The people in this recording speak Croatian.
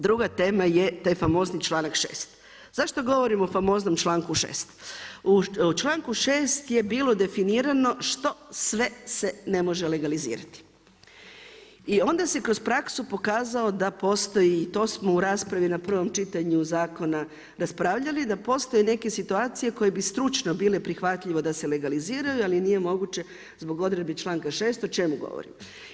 Druga tema je taj famozni članak 6. zašto govorim o famoznom članku 6.? u članku 6. je bilo definirano što sve se ne može legalizirati i onda se kroz praksu pokazalo da postoji i to smo u raspravi na prvom čitanju zakona raspravljali da postoje neke situacije koje bi stručno bile prihvatljivo da se legaliziraju ali nije moguće zbog odredbi članka 6. O čemu govorim?